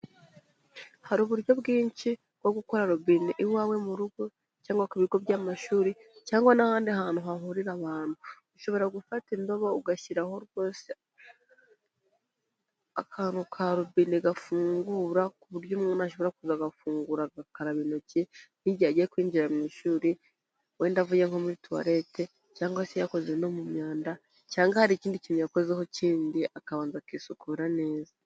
Hari uburyo bwinshi bwo gukora robine iwawe mu rugo cyangwa ku bigo by'amashuri cyangwa n'ahandi hantu hahurira abantu, ushobora gufata indobo ugashyiraho rwose, akantu ka robine gafungura ku buryo umuntu ashobora kuza agafungura agakaraba intoki n'igihe agiye kwinjira mu ishuri wenda avuye nko muri tuwarete cyangwa se yakoze no mu myanda cyangwa hari ikindi kintu yakozeho kindi akabanza akisukura neza.